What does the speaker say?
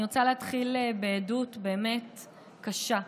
אני רוצה להתחיל בעדות באמת קשה: